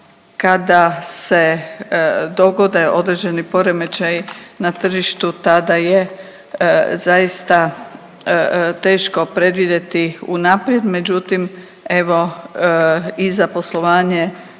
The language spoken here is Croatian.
kada se dogode određeni poremećaji na tržištu tada je zaista teško predvidjeti unaprijed, međutim evo i za poslovanje